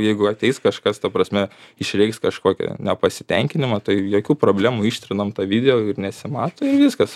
jeigu ateis kažkas ta prasme išreiks kažkokią nepasitenkinimą tai jokių problemų ištrinam tą video ir nesimato ir viskas